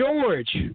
George